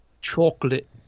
Chocolate